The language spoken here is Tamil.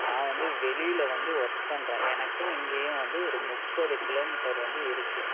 நான் வந்து வெளியில வந்து வொர்க் பண்ணுறன் எனக்கும் இங்கேயும் ஒரு முப்பது கிலோமீட்டர் வந்து இருக்கு